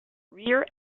rear